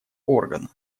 органа